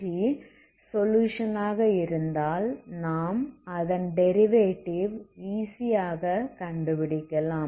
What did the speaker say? uxt solution ஆக இருந்தால் நாம் அதன் டெரிவேடிவ் ஈசி ஆக கண்டுபிடிக்கலாம்